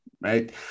right